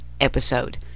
episode